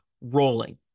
rolling